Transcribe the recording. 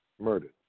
murdered